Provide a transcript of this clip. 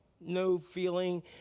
no-feeling